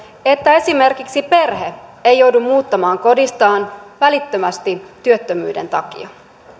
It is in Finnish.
että esimerkiksi perhe ei joudu muuttamaan kodistaan välittömästi työttömyyden takia